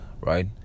right